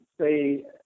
say